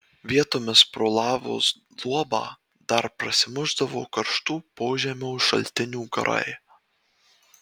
vietomis pro lavos luobą dar prasimušdavo karštų požemio šaltinių garai